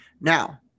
Now